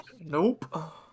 Nope